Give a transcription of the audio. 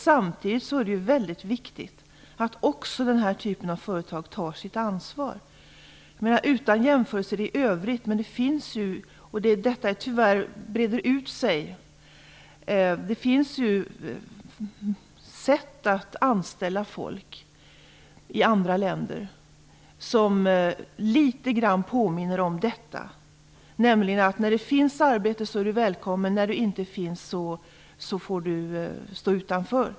Samtidigt är det väldigt viktigt att dessa företag tar sitt ansvar. Utan någon jämförelse i övrigt finns det ju - och det breder tyvärr ut sig - i andra länder sätt att anställa folk som påminner om det här systemet. När det finns arbete är man välkommen, och när det inte finns något får man stå utanför.